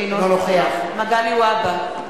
אינו נוכח מגלי והבה,